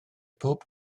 pob